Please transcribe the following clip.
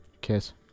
Kiss